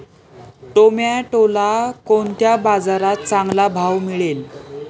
टोमॅटोला कोणत्या बाजारात चांगला भाव मिळेल?